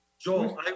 Joel